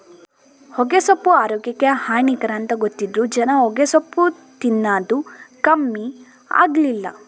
ಹೊಗೆಸೊಪ್ಪು ಆರೋಗ್ಯಕ್ಕೆ ಹಾನಿಕರ ಅಂತ ಗೊತ್ತಿದ್ರೂ ಜನ ಹೊಗೆಸೊಪ್ಪು ತಿನ್ನದು ಕಮ್ಮಿ ಆಗ್ಲಿಲ್ಲ